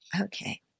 Okay